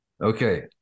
Okay